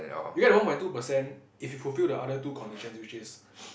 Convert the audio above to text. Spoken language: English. you get one point two percent if you fulfill the other two conditions which is